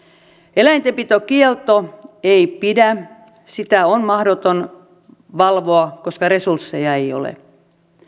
eläintenpitokielto ei pidä sitä on mahdoton valvoa koska resursseja ei ole